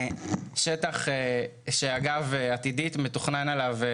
זה שטח שבעתיד מתוכנן עליו,